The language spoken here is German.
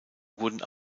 wurden